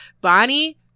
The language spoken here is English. Bonnie